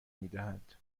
میدهد